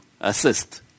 assist